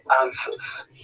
answers